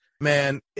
Man